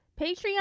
Patreon